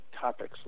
topics